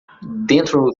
dentro